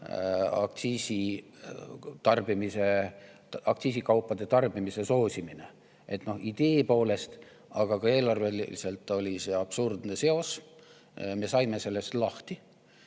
aktsiisikaupade tarbimist. Idee poolest, aga ka eelarveliselt oli see absurdne seos, me saime sellest lahti